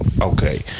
Okay